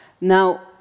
Now